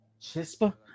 Chispa